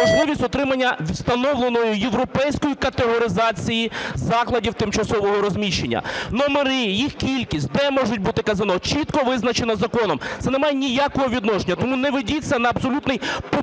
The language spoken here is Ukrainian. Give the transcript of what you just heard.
можливості отримання встановленої європейської категоризації закладів тимчасового розміщення. Номери, їх кількість, де можуть бути казино чітко визначено законом. Це не має ніякого відношення. Тому не ведіться на абсолютний популізм